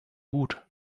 gut